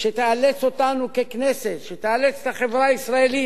שתאלץ אותנו, ככנסת, שתאלץ את החברה הישראלית,